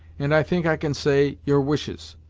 and i think i can say, your wishes.